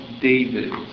David